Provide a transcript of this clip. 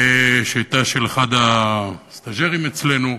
שהייתה של אחד הסטאז'רים אצלנו.